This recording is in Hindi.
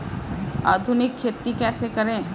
आधुनिक खेती कैसे करें?